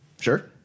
Sure